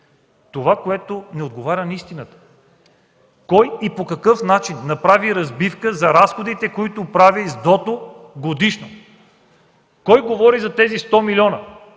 това не отговаря на истината, кой и по какъв начин направи разбивка за разходите, които прави СДОТО годишно? Кой говори за тези 100 милиона